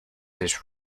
his